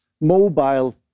mobile